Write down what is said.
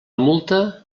multa